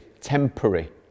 temporary